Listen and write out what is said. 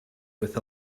with